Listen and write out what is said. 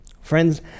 Friends